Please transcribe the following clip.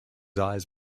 eyes